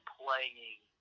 playing